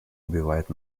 убивает